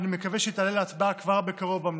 ואני מקווה שהיא תעלה להצבעה כבר בקרוב במליאה.